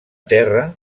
terra